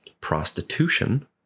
prostitution